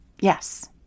Yes